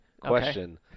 question